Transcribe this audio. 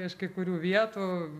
iš kai kurių vietų